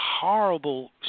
horrible